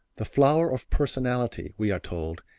the flower of personality, we are told,